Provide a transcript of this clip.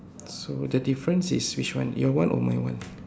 so the difference is which one your one or my one